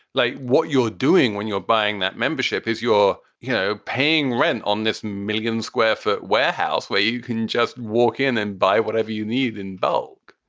like what you're doing when you're buying that membership is your, you know, paying rent on this million square foot warehouse where you can just walk in and buy whatever you need in bulk.